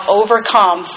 overcome